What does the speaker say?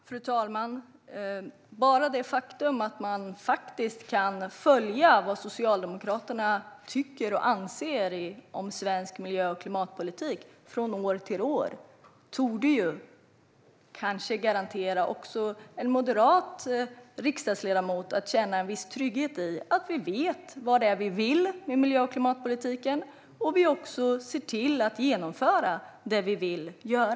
Fru talman! Redan det faktum att man kan följa vad Socialdemokraterna tycker och anser om svensk miljö och klimatpolitik år från år torde garantera att också en moderat riksdagsledamot kan känna en viss trygghet i att vi vet vad det är vi vill i miljö och klimatpolitiken och att vi också ser till att genomföra det.